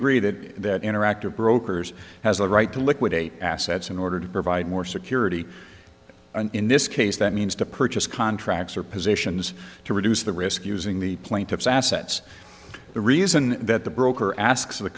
agree that that interactive brokers has a right to liquidate assets in order to provide more security and in this case that means to purchase contracts or positions to reduce the risk using the plaintiff's assets the reason that the broker asks